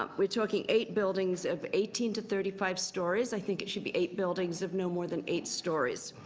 um we're talking eight buildings of eighteen to thirty five stories. i think it should be eight buildings of no more than eight stories.